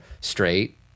straight